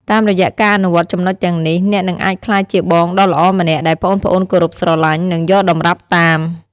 តាមរយៈការអនុវត្តចំណុចទាំងនេះ អ្នកនឹងអាចក្លាយជាបងដ៏ល្អម្នាក់ដែលប្អូនៗគោរពស្រឡាញ់ និងយកតម្រាប់តាម ។